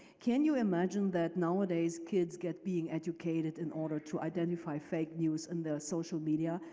can you imagine that nowadays kids get being educated in order to identify fake news in their social media,